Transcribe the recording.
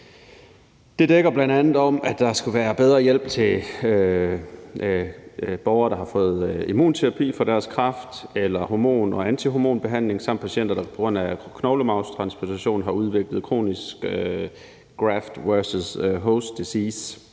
Det dækker bl.a. over, at der skal være bedre hjælp til borgere, der har fået immunterapi mod deres kræft eller hormon- og antihormonbehandling, samt patienter, der på grund af knoglemarvstransplantation har udviklet kronisk Graft versus Host Disease,